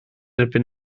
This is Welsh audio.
erbyn